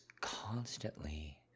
constantly